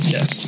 Yes